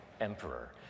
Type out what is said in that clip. emperor